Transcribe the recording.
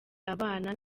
abana